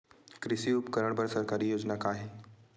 कृषि उपकरण बर सरकारी योजना का का हे?